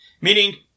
Meaning